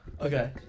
Okay